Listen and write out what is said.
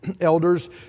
Elders